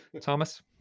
Thomas